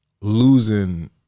losing